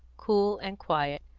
cool and quiet,